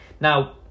Now